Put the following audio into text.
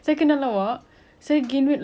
like it's just cause I'm small